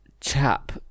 chap